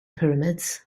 pyramids